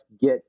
get